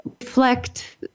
reflect